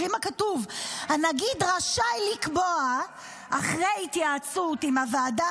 תראי מה כתוב: הנגיד רשאי לקבוע אחרי ההתייעצות עם הוועדה